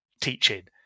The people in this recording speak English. teaching